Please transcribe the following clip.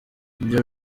ibyo